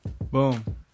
Boom